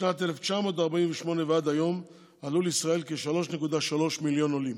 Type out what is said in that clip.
משנת 1948 ועד היום עלו לישראל כ-3 מיליון ו-300,000 עולים,